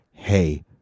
Hey